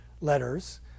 letters